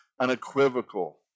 Unequivocal